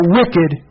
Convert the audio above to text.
wicked